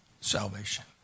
salvation